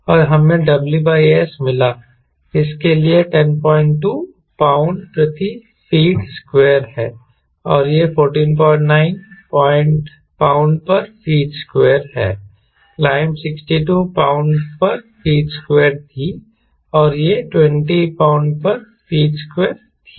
और हमें W S मिला इसके लिए 102 पाउंड प्रति फीट स्क्वायर है और यह 149 lb ft2 है क्लाइंब 62 lb ft2 थी और यह 20 lb ft2 थी